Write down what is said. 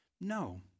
No